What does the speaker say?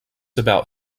about